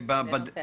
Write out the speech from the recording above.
בנושא אשראי.